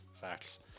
Facts